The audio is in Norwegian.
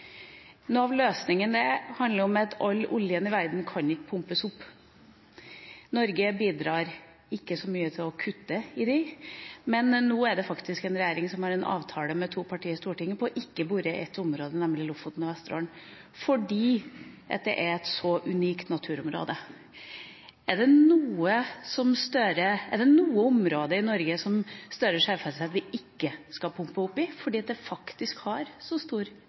Noe av løsninga handler om at all oljen i verden ikke kan pumpes opp. Norge bidrar ikke så mye til å kutte der, men nå har vi faktisk en regjering som har en avtale med to partier i Stortinget om ikke å bore i et område, nemlig Lofoten og Vesterålen, fordi det er et så unikt naturområde. Er det noe område i Norge hvor Gahr Støre ser for seg at det ikke skal pumpes opp olje fordi det faktisk har så stor